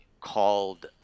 called